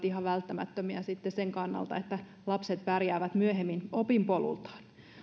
ihan välttämätöntä sen kannalta että lapset pärjäävät myöhemmin opinpolullaan